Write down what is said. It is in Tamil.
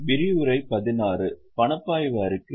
வணக்கம்